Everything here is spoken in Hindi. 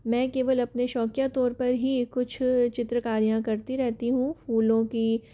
मैं केवल अपने शोकिया तौर पर ही कुछ चित्रकारियाँ करती रहती हूँ फूलों की